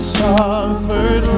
suffered